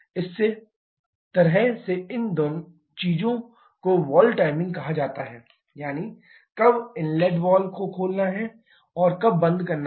इस तरह से इन चीजों को वॉल्व टाइमिंग कहा जाता है यानी कब इनलेट वाल्व को खोलना है और कब बंद करना है